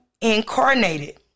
incarnated